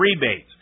rebates